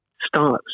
starts